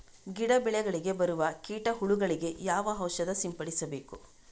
ಗಿಡ, ಬೆಳೆಗಳಿಗೆ ಬರುವ ಕೀಟ, ಹುಳಗಳಿಗೆ ಯಾವ ಔಷಧ ಸಿಂಪಡಿಸಬೇಕು?